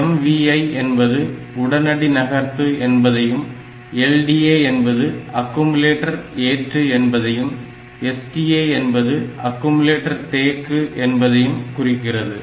MVI என்பது உடனடி நகர்த்து என்பதையும் LDA என்பது அக்குமுலேட்டர் ஏற்று என்பதையும் STA என்பது அக்குமுலேட்டர் தேக்கு என்பதையும் குறிக்கிறது